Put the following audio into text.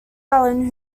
allen